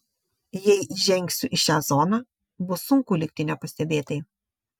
jei įžengsiu į šią zoną bus sunku likti nepastebėtai